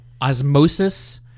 Osmosis